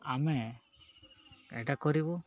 ଆମେ ଏଇଟା କରିବୁ